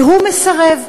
והוא מסרב.